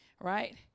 right